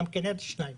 בכינרת שניים